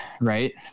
right